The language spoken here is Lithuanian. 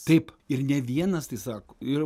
taip ir ne vienas tai sako ir